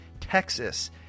Texas